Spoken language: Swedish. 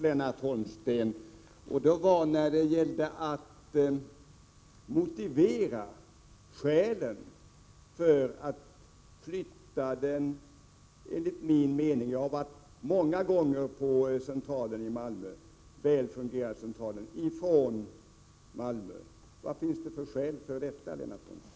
Det var när det gällde att motivera flyttningen av den enligt min mening — jag har varit där många gånger — väl fungerande centralen i Malmö. Vad finns det för skäl för detta, Lennart Holmsten?